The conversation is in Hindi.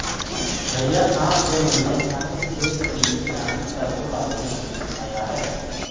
भैया आप से मिलने आपके खेत के लिए प्लांट पैथोलॉजिस्ट आया है